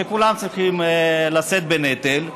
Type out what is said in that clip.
שכולם צריכים לשאת בנטל,